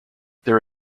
there